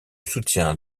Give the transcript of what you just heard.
soutien